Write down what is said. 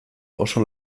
oso